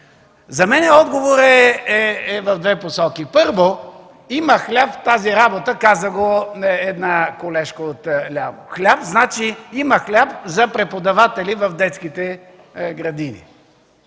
За мен отговорът е в две посоки. Първо, има хляб в тази работа – каза го една колежка. Има хляб, значи, има хляб за преподаватели в детските градини.